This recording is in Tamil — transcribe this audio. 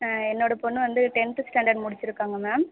என்னோட பொண்ணு வந்து டென்த்து ஸ்டாண்டர்ட் முடிச்சிருக்காங்க மேம்